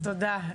תודה,